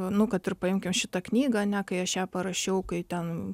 nu kad ir paimkim šitą knygą ne kai aš ją parašiau kai ten